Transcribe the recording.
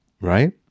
right